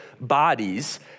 bodies